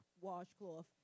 washcloth